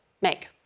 make